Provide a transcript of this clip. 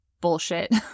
bullshit